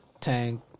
Tank